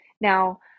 Now